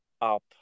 up